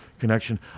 Connection